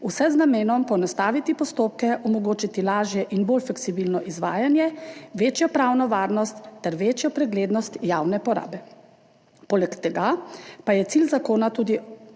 vse z namenom poenostaviti postopke, omogočiti lažje in bolj fleksibilno izvajanje, večjo pravno varnost ter večjo preglednost javne porabe. Poleg tega pa je cilj zakona tudi